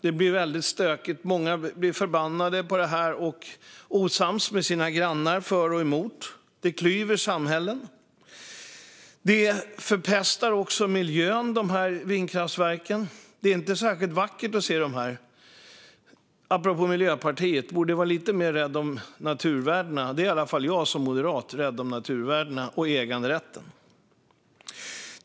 Det blir stökigt. Många blir förbannade på det här och blir osams med sina grannar, beroende på om man är för eller emot. Det klyver samhällen. Vindkraftverken förpestar också miljön. De är inte särskilt vackra. Apropå Miljöpartiet borde man vara lite mer rädd om naturvärdena. Jag som moderat är i alla fall rädd om naturvärdena och om äganderätten.